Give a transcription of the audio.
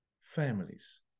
families